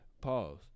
pause